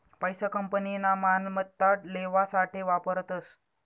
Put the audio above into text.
पैसा कंपनीना मालमत्ता लेवासाठे वापरतस